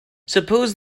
suppose